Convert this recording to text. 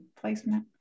placement